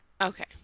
Okay